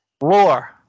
War